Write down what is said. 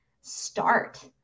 start